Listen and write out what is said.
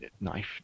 Knife